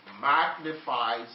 magnifies